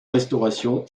restauration